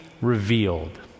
revealed